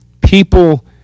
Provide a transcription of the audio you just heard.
people